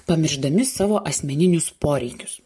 pamiršdami savo asmeninius poreikius